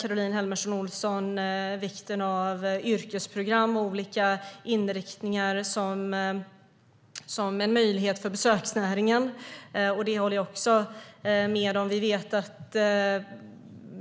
Caroline Helmersson Olsson nämner vikten av yrkesprogram med olika inriktningar som en möjlighet för besöksnäringen. Det håller jag också med om.